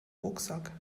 rucksack